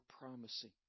promising